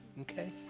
okay